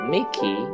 Mickey